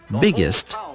biggest